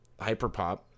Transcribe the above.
Hyperpop